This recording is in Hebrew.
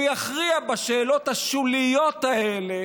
שהוא יכריע בשאלות השוליות האלה